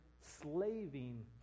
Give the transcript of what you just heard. slaving